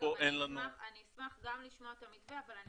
-- אני אשמח לשמוע את המתווה אבל אני